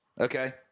Okay